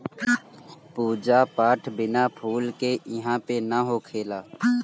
पूजा पाठ बिना फूल के इहां पे ना होखेला